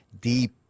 deep